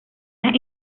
las